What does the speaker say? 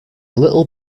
little